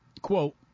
Quote